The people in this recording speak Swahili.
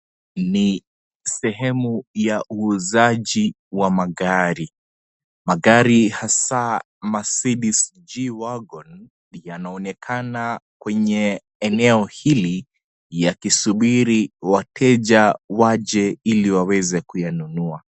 Ni sehemu ya uuzaji wa magari. Magari hasa Marcedes GWagon, yanaonekana kwenye eneo hili yakisubiri wateja waje ili waweze kuyanunua.